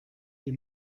die